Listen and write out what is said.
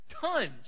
Tons